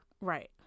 Right